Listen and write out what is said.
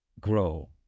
grow